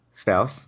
Spouse